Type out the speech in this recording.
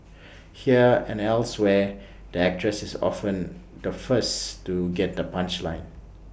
here and elsewhere the actress is often the first to get the punchline